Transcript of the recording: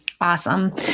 Awesome